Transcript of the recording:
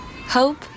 hope